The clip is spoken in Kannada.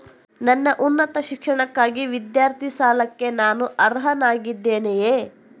ನನ್ನ ಉನ್ನತ ಶಿಕ್ಷಣಕ್ಕಾಗಿ ವಿದ್ಯಾರ್ಥಿ ಸಾಲಕ್ಕೆ ನಾನು ಅರ್ಹನಾಗಿದ್ದೇನೆಯೇ?